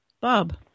Bob